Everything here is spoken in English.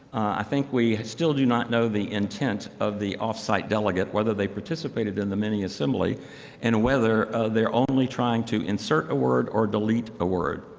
i think we still do not know the intent of the off site delegate, whether they participated in the mini-assembly and whether they're only trying to insert a word or delete a word.